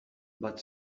but